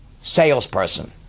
salesperson